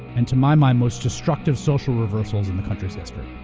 and to my mind, most destructive social reversals in the country's history.